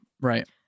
Right